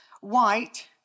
White